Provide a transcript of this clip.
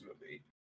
movie